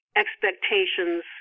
expectations